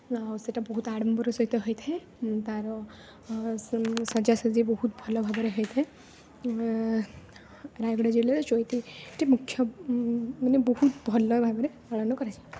ଆଉ ସେଟା ବହୁତ ଆଡ଼ମ୍ବର ସହିତ ହୋଇଥାଏ ତାର ସେ ସଜାସଜି ବହୁତ ଭଲ ଭାବରେ ହୋଇଥାଏ ରାୟଗଡ଼ା ଜିଲ୍ଲାର ଚଇତି ଯେ ମୁଖ୍ୟ ମାନେ ବହୁତ ଭଲ ଭାବରେ ପାଳନ କରାଯାଏ